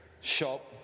shop